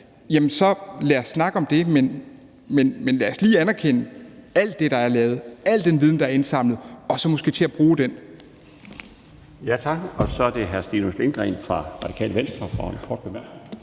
så lad os snakke om det, men lad os lige anerkende alt det, der er lavet, al den viden, der er indsamlet, og så måske gå i gang med